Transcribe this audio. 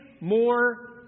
more